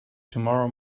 tomorrow